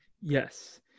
yes